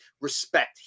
respect